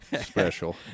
Special